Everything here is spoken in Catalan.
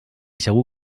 segur